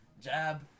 jab